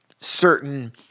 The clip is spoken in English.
certain